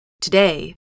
Today